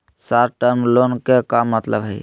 Short term loan के का मतलब हई?